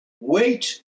Wait